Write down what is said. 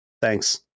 Thanks